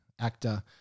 actor